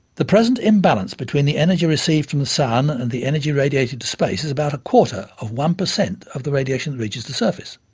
the present imbalance between the energy received from the sun and the energy radiated to space is about a quarter of one percent of the radiation that reaches the surface.